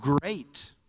great